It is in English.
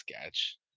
sketch